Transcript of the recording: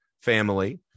family